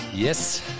Yes